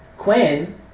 Quinn